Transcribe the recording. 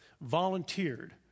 volunteered